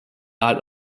art